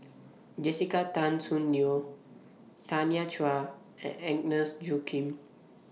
Jessica Tan Soon Neo Tanya Chua and Agnes Joaquim